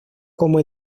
como